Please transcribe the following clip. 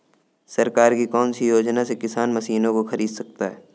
सरकार की कौन सी योजना से किसान मशीनों को खरीद सकता है?